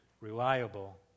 reliable